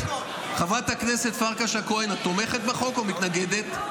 חברת הכנסת פרקש הכהן, את תומכת בחוק או מתנגדת?